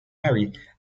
mary